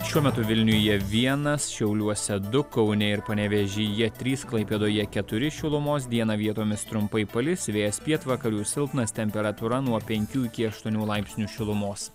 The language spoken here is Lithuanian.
šiuo metu vilniuje vienas šiauliuose du kaune ir panevėžyje trys klaipėdoje keturi šilumos dieną vietomis trumpai palis vėjas pietvakarių silpnas temperatūra nuo penkių iki aštuonių laipsnių šilumos